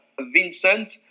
Vincent